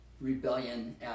rebellion